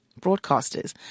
broadcasters